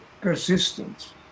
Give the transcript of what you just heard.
persistence